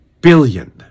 billion